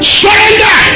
surrender